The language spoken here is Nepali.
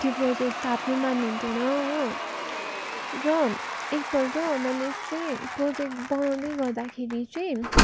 त्यो प्रोजेक्ट थाप्नु मान्नु हुन्थेन हो र एकपल्ट मैले यस्तै प्रोजेक्ट बनाउँदै गर्दाखेरि चाहिँ